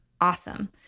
Awesome